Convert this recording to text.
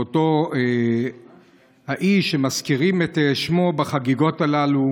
ואותו האיש שמזכירים את שמו בחגיגות הללו